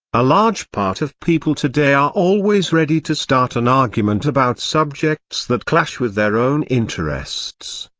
a large part of people today are always ready to start an argument about subjects that clash with their own interests,